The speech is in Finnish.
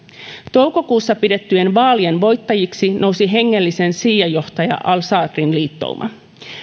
toukokuussa pidettyjen vaalien voittajaksi nousi hengellisen siiajohtaja al sadrin liittouma